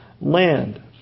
land